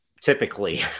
typically